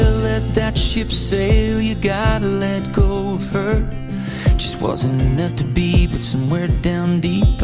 let that ship sail you gotta let go of her just wasn't meant to be, but somewhere down deep